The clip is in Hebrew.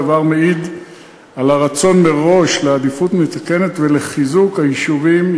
דבר המעיד על רצון מראש לעדיפות מתקנת ולחיזוק היישובים,